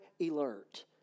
alert